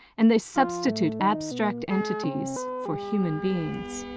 and they substitute abstract entities for human beings.